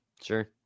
sure